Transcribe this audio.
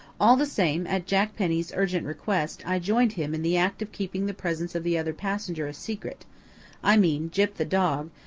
all the same, at jack penny's urgent request i joined him in the act of keeping the presence of the other passenger a secret i mean gyp the dog,